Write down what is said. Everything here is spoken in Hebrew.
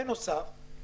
בנוסף,